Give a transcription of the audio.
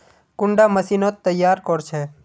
कुंडा मशीनोत तैयार कोर छै?